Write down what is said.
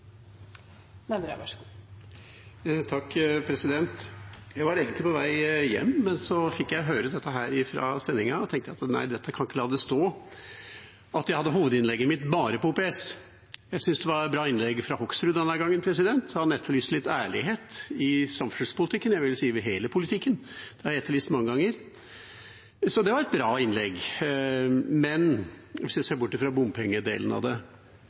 Jeg var egentlig på vei hjem, men så fikk jeg høre dette fra tv-overføringen, og tenkte at nei, det kan jeg ikke la stå, at hovedinnlegget mitt bare handlet om OPS. Jeg synes det var et bra innlegg fra Hoksrud denne gangen. Han etterlyste litt ærlighet i samferdselspolitikken. Jeg vil si i hele politikken, og det har jeg etterlyst mange ganger. Så det var et bra innlegg hvis vi ser bort fra bompengedelen av det.